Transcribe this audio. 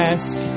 Ask